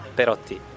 Perotti